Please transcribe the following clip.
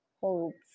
holds